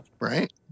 right